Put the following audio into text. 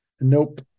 Nope